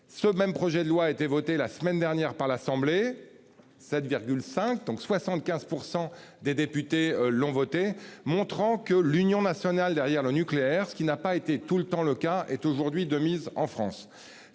ce même projet de loi a été votée la semaine dernière par l'Assemblée. Ça. Cinq donc 75% des députés l'ont voté, montrant que l'Union nationale derrière le nucléaire, ce qui n'a pas été tout le temps le cas est aujourd'hui de mise en France